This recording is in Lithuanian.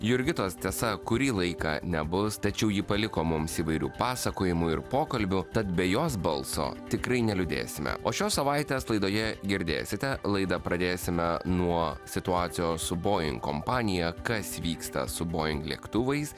jurgitos tiesa kurį laiką nebus tačiau ji paliko mums įvairių pasakojimų ir pokalbių tad be jos balso tikrai neliūdėsime o šios savaitės laidoje girdėsite laidą pradėsime nuo situacijos su boeing kompanija kas vyksta su boeing lėktuvais